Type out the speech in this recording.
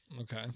Okay